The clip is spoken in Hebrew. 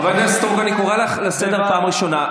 חברת הכנסת סטרוק, אני קורא אותך לסדר פעם ראשונה.